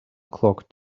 clock